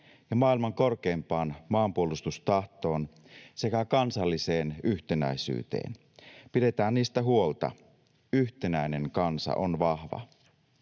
ja maailman korkeimpaan maanpuolustustahtoon sekä kansalliseen yhtenäisyyteen. Pidetään niistä huolta. Yhtenäinen kansa on vahva.